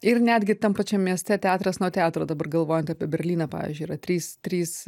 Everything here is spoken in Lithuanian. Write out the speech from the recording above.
ir netgi tam pačiam mieste teatras nuo teatro dabar galvojant apie berlyną pavyzdžiui yra trys trys